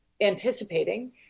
anticipating